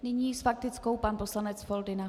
Nyní s faktickou pan poslanec Foldyna.